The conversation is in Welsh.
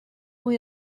mwy